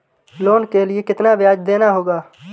Loan के लिए कितना ब्याज देना होगा?